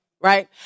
right